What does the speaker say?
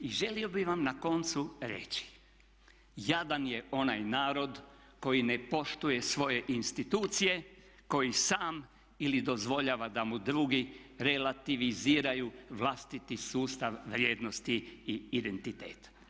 I želio bih vam na koncu reći jadan je onaj narod koji ne poštuje svoje institucije, koji sam ili dozvoljava da mu drugi relativiziraju vlastiti sustav vrijednosti i identiteta.